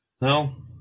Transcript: No